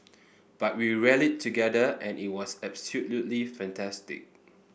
but we rallied together and it was absolutely fantastic